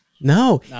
No